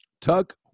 Tuck